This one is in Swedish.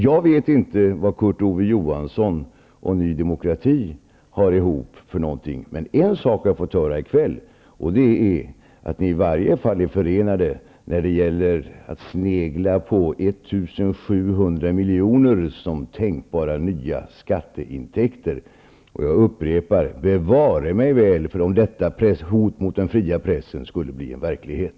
Jag vet inte vad Kurt Ove Johansson och Ny demokrati har för någonting ihop, men en sak har jag förstått här i kväll, och det är att de i varje fall är förenade när det gäller att snegla på 1 700 miljoner som tänkbara nya skatteintäkter. Jag upprepar: Bevare mig väl för om detta hot mot den fria pressen skulle bli verklighet!